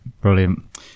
Brilliant